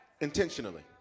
Intentionally